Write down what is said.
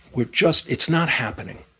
we're just it's not happening.